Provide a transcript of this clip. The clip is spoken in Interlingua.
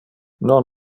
non